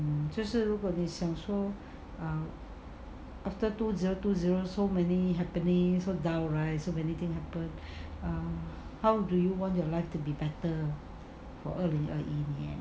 mm 就是如果你想说 after two zero two zero so many happening so down right so many thing happen err how do you want your life to be better for 二零二一年